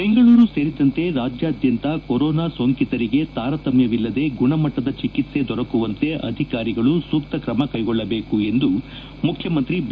ಬೆಂಗಳೂರು ಸೇರಿದಂತೆ ರಾಜ್ಯಾದ್ಯಂತ ಕೊರೋನಾ ಸೋಂಕಿತರಿಗೆ ತಾರತಮ್ಯವಿಲ್ಲದೆ ಗುಣಮಟ್ಟದ ಚಿಕಿತ್ಸೆ ದೊರಕುವಂತೆ ಅಧಿಕಾರಿಗಳು ಸೂಕ್ತ ಕ್ರಮಕೈಗೊಳ್ಳಬೇಕು ಎಂದು ಮುಖ್ಯಮಂತ್ರಿ ಬಿ